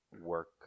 work